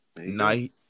Night